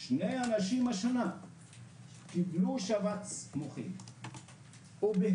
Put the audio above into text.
שני אנשים השנה קיבלו שבץ מוחי ובהיעדר